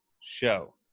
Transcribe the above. Show